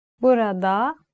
burada